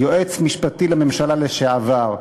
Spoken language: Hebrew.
יועץ משפטי לממשלה לשעבר.